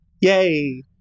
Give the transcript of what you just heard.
Yay